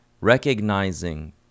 recognizing